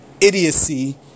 idiocy